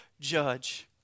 judge